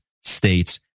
states